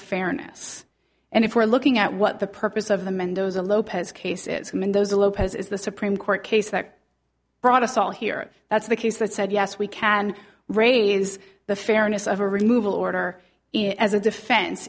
fairness and if we're looking at what the purpose of the mendoza lopez case is mendoza lopez is the supreme court case that brought us all here that's the case that said yes we can raise the fairness of a removal order as a defen